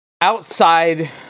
outside